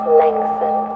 lengthen